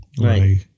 right